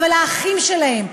אבל האחים שלהם,